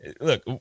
look